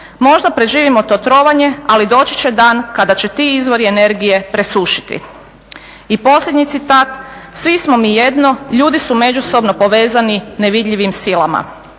Možda preživimo to trovanje, ali doći će dan kada će ti izvori energije presušiti." I posljednji citat: "Svi smo mi jedno, ljudi su međusobno povezani nevidljivim silama."